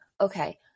okay